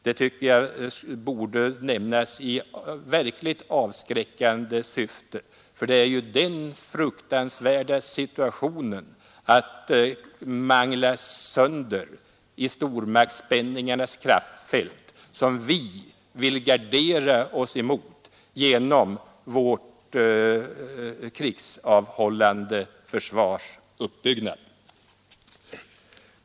Det tycker jag borde nämnas i verkligt avskräckande syfte, för det är ju den fruktansvärda situationen att manglas sönder i stormaktsspänningarnas kraftfält som vi vill gardera oss emot genom vårt krigsavhållande försvars uppbyggnad.